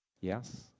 yes